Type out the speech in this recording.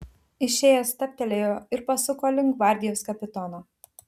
išėjęs stabtelėjo ir pasuko link gvardijos kapitono